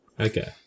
Okay